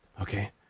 Okay